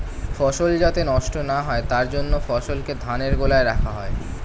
ফসল যাতে নষ্ট না হয় তার জন্য ফসলকে ধানের গোলায় রাখা হয়